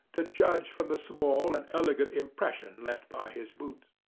to judge from the small and elegant impression left by his boots.